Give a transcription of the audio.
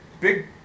big